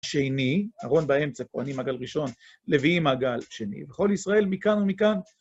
שני, ארון באמצע, כהנים עגל ראשון, לביאים עגל שני. וכל ישראל מכאן ומכאן.